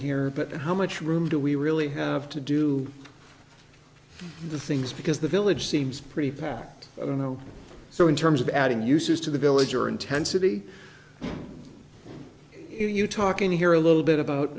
here but how much room do we really have to do the things because the village seems pretty packed i don't know so in terms of adding users to the village or intensity you talking here a little bit about